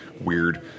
weird